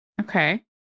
Okay